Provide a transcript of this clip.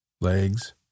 legs